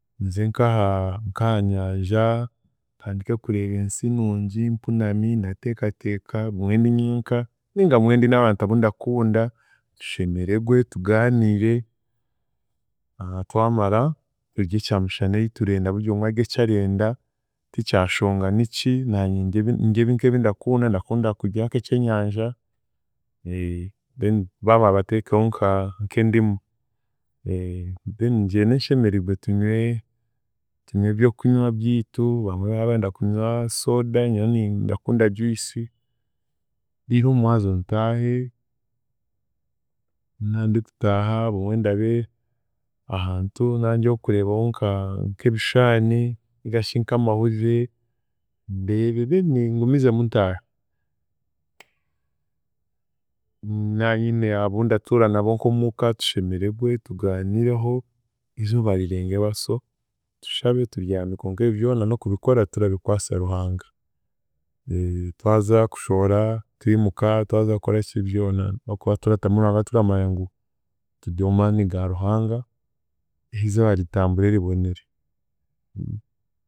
Nze nkaha nk’ahanyanja, ntandike kureeba ensi nungi mpunami, ndateekateeka, obumwe ndinyeeke ninga obumwe ndi n’abantu abundakunda tushemeregwe, tugaaniire twamara turye kyamushana eiturenda buryomwe adye ekyarenda tikyashonga niki naanye ndye ndye nk’ebindakunda ndakunda kudya nk’ekyenyanja then baamara bateekeho nka nk’endimu then ngyende nshemeriigwe tunywe tunywe eby’okunywa byitu bamwe babarenda kunywa sooda nyowe ni- ndakunda juice riiro omumwazo ntaahe nandikutaaha bumwe ndabe ahantu nandi ow'okureebaho nka nk’ebishaani ningashi nk’amahurire ndeebe then ngumizeme ntaahe, naanyine abu ndatuura nabo nk'omuuka tushemeregwe, tugaaniireho, izooba rirenge baso, tushabe tubyame konka ebyo byona n’okubikora turabikwasa Ruhanga twaza kushohora, twimuka twaza kukoraki byona n’okuba turatamu Ruhanga turamanya ngu turi omu maani ga Ruhanga izooba ritambure ribonere.